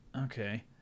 okay